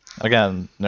Again